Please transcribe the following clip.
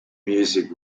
music